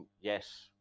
Yes